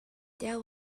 there